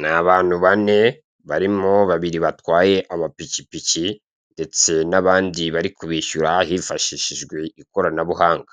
Ni abantu bane barimo babiri batwaye amapikipiki, ndetse n'abandi bari kubishyura hifashishijwe ikoranabuhanga.